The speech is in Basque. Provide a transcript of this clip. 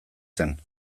zen